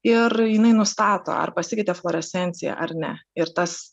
ir jinai nustato ar pasikeitė fluorescencija ar ne ir tas